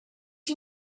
you